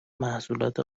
محصولات